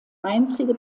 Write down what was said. einzige